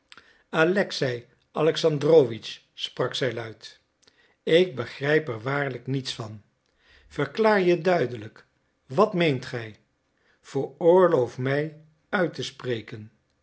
alexei alexandrowitsch sprak zij luid ik begrijp er waarlijk niets van verklaar je duidelijk wat meent gij veroorloof mij uit te spreken